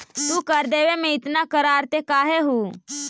तू कर देवे में इतना कतराते काहे हु